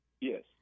Yes